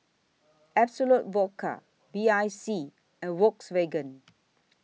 Absolut Vodka B I C and Volkswagen